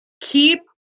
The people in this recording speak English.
keep